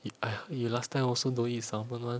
you ah you last time also don't eat salmon one